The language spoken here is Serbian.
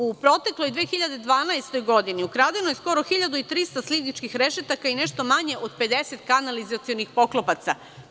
U protekloj 2012. godini ukradeno je skoro 1300 slivničkih rešetaka i nešto manje od 50 kanalizacionih poklopaca.